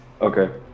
Okay